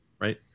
right